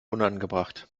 unangebracht